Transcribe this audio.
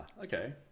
okay